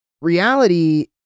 reality